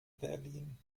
berlin